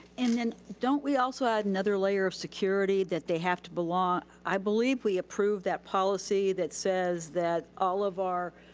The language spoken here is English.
and then don't we also add another layer of security that they have to belong, i believe we approve that policy that says that all of our,